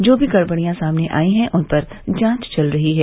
जो भी गड़बड़ियां सामने आयी हैं उन पर जांच चल रही है